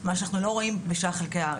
מה שאנחנו לא רואים בשאר חלקי הארץ.